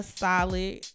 solid